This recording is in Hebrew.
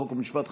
חוק ומשפט,